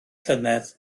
llynedd